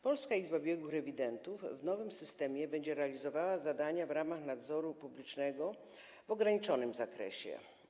Polska Izba Biegłych Rewidentów w nowym systemie będzie realizowała zadania w ramach nadzoru publicznego w ograniczonym zakresie.